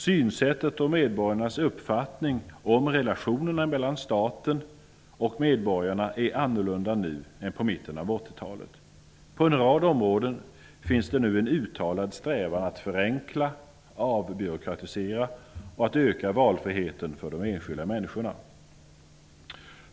Synsättet och medborgarnas uppfattning om relationerna mellan staten och medborgarna är annorlunda nu än på mitten av 80-talet. På en rad områden finns det nu en uttalad strävan att förenkla, avbyråkratisera och öka valfriheten för de enskilda människorna.